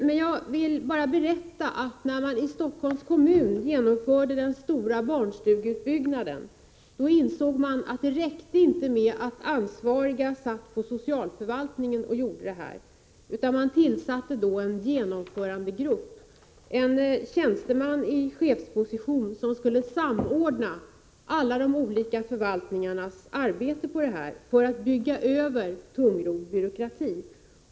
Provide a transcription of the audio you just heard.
Jag vill emellertid bara berätta, att när man i Stockholms kommun genomförde den stora barnstugeutbyggnaden, insåg man att det inte räckte med att ansvariga satt på socialförvaltningen och gjorde detta arbete, utan det tillsattes en genomförandegrupp — en tjänsteman i chefsposition som skulle samordna alla de olika förvaltningarnas arbete för att brygga över tungrodd byråkrati.